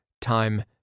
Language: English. time